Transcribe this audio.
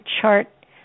chart